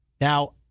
Now